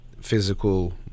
physical